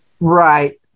right